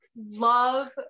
love